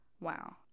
Wow